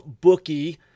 bookie